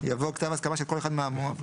יבוא "כתב הסכמה של כל אחד מהמועמדים